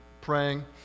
praying